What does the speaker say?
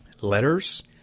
letters